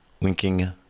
winking